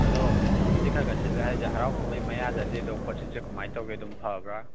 ꯑꯗꯣ ꯍꯧꯖꯤꯛ ꯈꯔ ꯈꯔ ꯁꯤꯠꯂꯦ ꯍꯥꯏꯁꯦ ꯍꯔꯥꯎ ꯀꯨꯝꯍꯩ ꯃꯌꯥꯗꯗꯤ ꯑꯗꯨꯝ ꯄꯣꯠꯁꯤꯠꯁꯦ ꯀꯨꯃꯥꯏ ꯇꯧꯒꯦ ꯑꯗꯨꯝ ꯐꯕ꯭ꯔꯥ